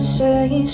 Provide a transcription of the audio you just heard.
Say